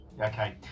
Okay